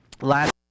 last